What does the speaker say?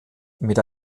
mit